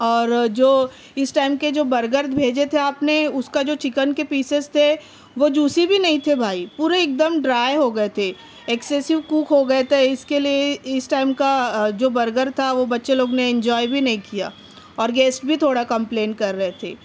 اور جو اس ٹائم کے جو برگر بھیجے تھے آپ نے اس کا جو چکن کے پیسز تھے وہ جوسی بھی نہیں تھے بھائی پورے ایک دم ڈرائی ہو گیے تھے ایکسس ہی کوک ہو گیے تھے اس کے لیے اس ٹائم کا جو برگر تھا وہ بچے لوگ نے انجوائے بھی نہیں کیا اور گیسٹ بھی تھوڑا کمپلین کر رہے تھے